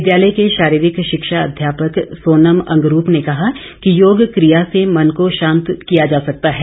विद्यालय के शारीरिक शिक्षा अध्यापक सोनम अंगरूप ने कहा कि योग क्रिया से मन को शांत किया जा सकता है